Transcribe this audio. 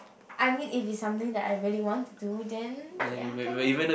I mean if is something I really want to then ya kind of